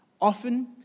often